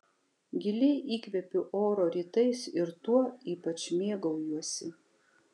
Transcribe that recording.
giliai įkvepiu oro rytais ir tuo ypač mėgaujuosi